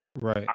Right